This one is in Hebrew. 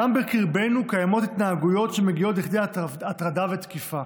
שגם בקרבנו קיימות התנהגויות שמגיעות לכדי הטרדה ותקיפה,